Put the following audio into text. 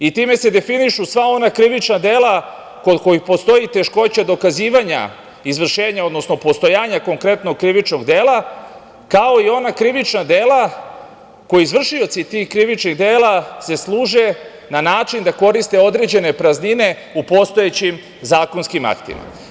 Time se definišu sva ona krivična dela kod kojih postoji teškoća dokazivanja izvršenja, odnosno postojanja konkretnog krivičnog dela, kao i ona krivična dela gde se izvršioci tih krivičnih dela služe na način da koriste određene praznine u postojećim zakonskim aktima.